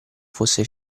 fosse